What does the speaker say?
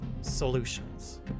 solutions